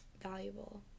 valuable